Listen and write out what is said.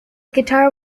guitar